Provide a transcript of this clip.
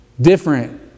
different